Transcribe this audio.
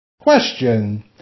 Question